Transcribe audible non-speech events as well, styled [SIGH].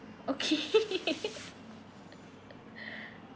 okay [LAUGHS]